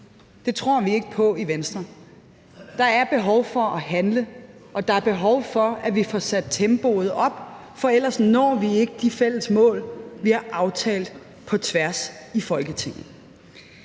Det tror vi ikke på i Venstre. Der er behov for at handle, og der er behov for, at vi får sat tempoet op, for ellers når vi ikke de fælles mål, vi har aftalt på tværs i Folketinget.